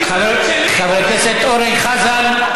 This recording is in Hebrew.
חבר הכנסת אורן חזן, הסתה לגזענות שלי?